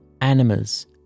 animals